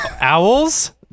owls